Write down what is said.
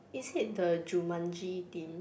is it the jumanji team